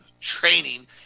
training